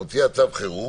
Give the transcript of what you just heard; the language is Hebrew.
מוציאה צו חירום